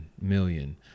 million